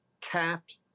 capped